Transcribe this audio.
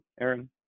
Aaron